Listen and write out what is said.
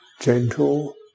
gentle